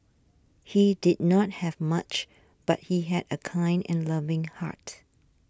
he did not have much but he had a kind and loving heart